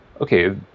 okay